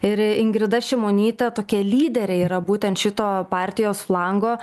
ir ingrida šimonytė tokia lyderė yra būtent šito partijos flango